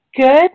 Good